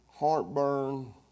heartburn